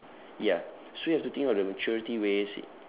ya so you have to think of the maturity ways